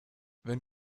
wenn